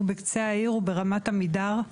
הוא בקצה העיר הוא ברמת עמידר,